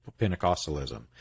Pentecostalism